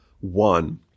one